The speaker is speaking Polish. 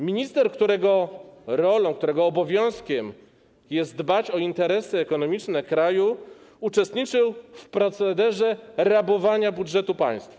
Minister, którego rolą, którego obowiązkiem jest dbać o interesy ekonomiczne kraju, uczestniczył w procederze rabowania budżetu państwa.